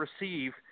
receive